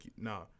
no